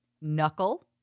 Knuckle